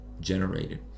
generated